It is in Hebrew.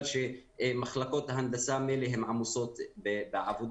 שמחלקות ההנדסה האלה הן עמוסות בעבודה.